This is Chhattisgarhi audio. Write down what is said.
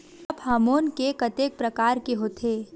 पादप हामोन के कतेक प्रकार के होथे?